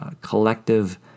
collective